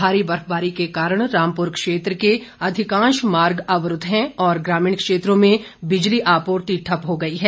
भारी बर्फबारी के कारण रामपुर क्षेत्र के अधिकांश मार्ग अवरूद्व हैं और ग्रामीण क्षेत्रों में बिजली आपूर्ति ठप्प हो गई है